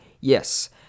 Yes